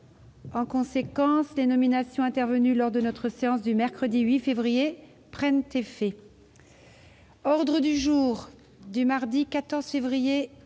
En conséquence, les nominations intervenues lors de notre séance du mercredi 8 février prennent effet.